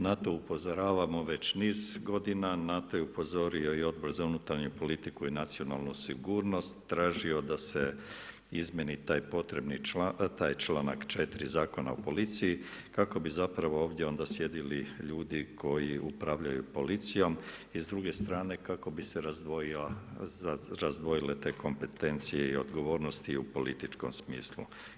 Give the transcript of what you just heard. Na to upozoravamo već niz godina, na to je upozorio i Odbor za unutarnju politiku i nacionalnu sigurnost, tražio da se izmijeni taj članak 4. Zakona o policiji kako bi zapravo ovdje onda sjedili ljudi koji upravljaju policijom i s druge strane kako bi se razdvojile te kompetencije i odgovornosti i u političkom smislu.